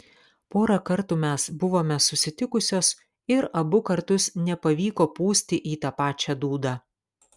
porą kartų mes buvome susitikusios ir abu kartus nepavyko pūsti į tą pačią dūdą